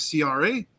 CRA